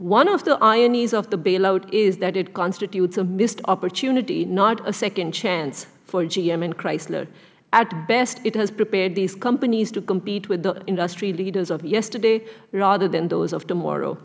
one of the ironies of the bailout is that it constitutes a missed opportunity not a second chance for gm and chrysler at best it has prepared these companies to compete with the industry leaders of yesterday rather than those of tomorrow